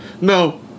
no